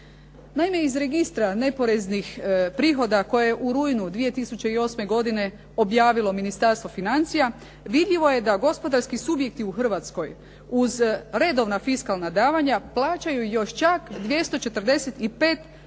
Naime, iz registra neporeznih prihoda koje je u rujnu 2008. godine objavilo Ministarstvo financija vidljivo je da gospodarski subjekti u Hrvatskoj uz redovna fiskalna davanja plaćaju još čak 245